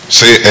say